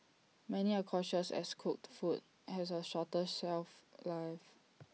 many are cautious as cooked food has A shorter shelf life